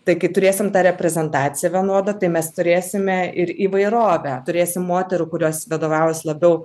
tai kai turėsim tą reprezentaciją vienodą tai mes turėsime ir įvairovę turėsim moterų kurios vadovaujas labiau